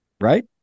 Right